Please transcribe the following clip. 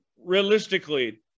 realistically